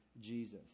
jesus